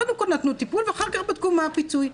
קודם כל נתנו טיפול ואחר כך בדקו מה הפיצוי.